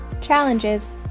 challenges